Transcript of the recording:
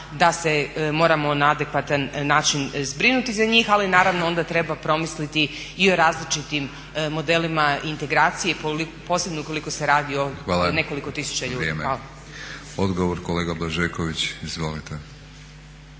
hvala. Odgovor kolega Blažeković. Izvolite.